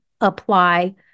apply